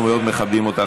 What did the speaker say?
אנחנו מאוד מכבדים אותך,